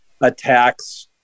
attacks